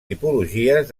tipologies